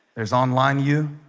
there's online you